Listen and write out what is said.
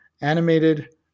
animated